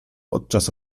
podczas